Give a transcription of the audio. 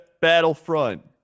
Battlefront